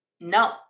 No